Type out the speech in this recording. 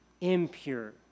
impure